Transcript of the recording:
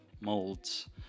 molds